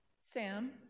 Sam